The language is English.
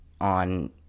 on